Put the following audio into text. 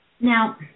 now